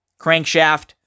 crankshaft